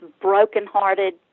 broken-hearted